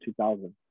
2000